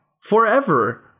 forever